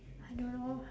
I don't know